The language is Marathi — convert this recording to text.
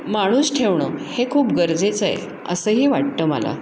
माणूस ठेवणं हे खूप गरजेचं आहे असंही वाटतं मला